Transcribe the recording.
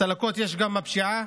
צלקות יש גם מהפשיעה